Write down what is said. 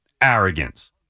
arrogance